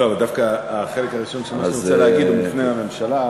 אבל דווקא החלק הראשון של מה שאני רוצה להגיד מופנה לממשלה,